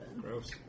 Gross